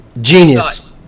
genius